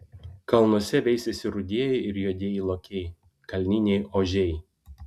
kalnuose veisiasi rudieji ir juodieji lokiai kalniniai ožiai